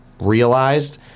realized